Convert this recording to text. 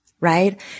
Right